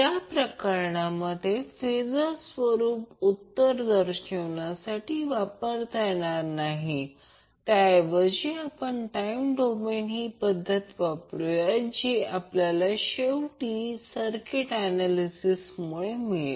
त्या प्रकरणांमध्ये फेजर स्वरूप उत्तर दर्शवण्यासाठी वापरता येणार नाही त्याऐवजी आपण टाईम डोमेन ही पद्धत वापरू शकतो जी आपल्याला शेवटी सर्किट ऍनॅलिसिसमुळे मिळेल